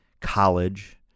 college